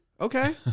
Okay